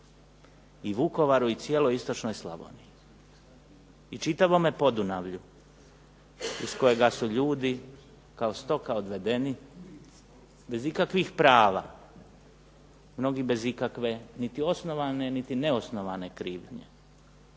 i Vukovaru i cijeloj istočnoj Slavoniji i čitavome Podunavlju iz kojega su ljudi kao stoka odvedeni bez ikakvih prava, mnogi bez ikakve niti osnovane niti neosnovane krivnje